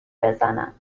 بزنم